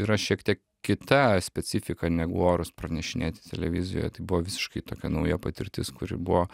yra šiek tiek kita specifika negu orus pranešinėti televizijoje tai buvo visiškai tokia nauja patirtis kuri buvo